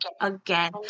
again